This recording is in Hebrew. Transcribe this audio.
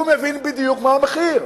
הוא מבין בדיוק מה המחיר.